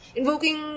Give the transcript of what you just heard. invoking